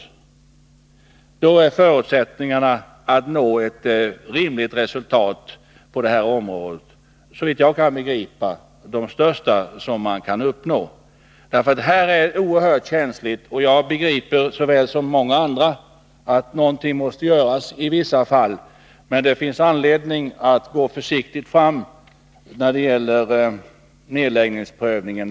Då är förutsättningarna att nå ett rimligt resultat såvitt jag kan begripa de största möjliga. Det här är oerhört känsligt, och jag begriper lika väl som många andra att någonting i vissa fall måste göras, men det finns anledning att gå försiktigt fram när det gäller nedläggningsprövningen.